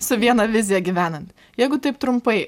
su viena vizija gyvenant jeigu taip trumpai